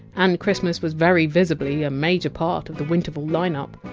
and christmas was very visibly a major part of the winterval line-up.